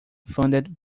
funded